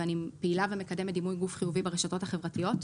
ואני פעילה ומקדמת דימוי גוף חיובי ברשתות החברתיות.